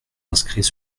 inscrits